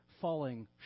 falling